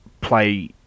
play